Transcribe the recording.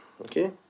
okay